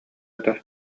ыта